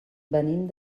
venim